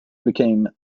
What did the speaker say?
became